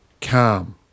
calm